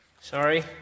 sorry